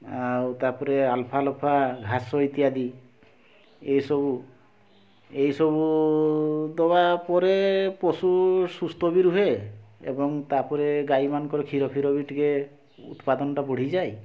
ଆଉ ତାପରେ ଆଲଫା ଲଫା ଘାସ ଇତ୍ୟାଦି ଏ ସବୁ ଏଇ ସବୁ ଦବା ପରେ ପଶୁ ସୁସ୍ଥ ବି ରୁହେ ଏବଂ ତାପରେ ଗାଈ ମାନଙ୍କର କ୍ଷୀର ଫିର ବି ଟିକେ ଉତ୍ପାଦନ ଟା ବଢ଼ିଯାଏ